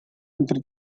entre